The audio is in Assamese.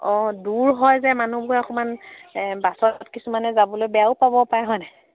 অঁ দূৰ হয় যে মানুহবোৰে অকণমান বাছত কিছুমানে যাবলৈ বেয়াও পাব পাৰে হয়নে